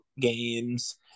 games